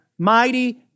Mighty